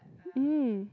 mm